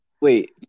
Wait